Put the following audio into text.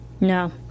No